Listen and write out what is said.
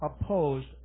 opposed